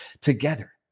together